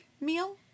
meal